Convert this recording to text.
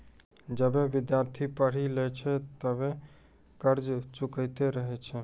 जबे विद्यार्थी पढ़ी लै छै तबे कर्जा चुकैतें रहै छै